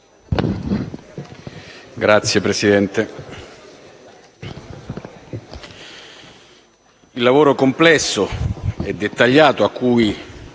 Signor Presidente, il lavoro complesso e dettagliato cui